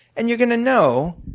and you're going to know,